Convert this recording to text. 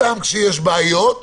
סתם כשיש בעיות,